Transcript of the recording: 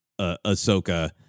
Ahsoka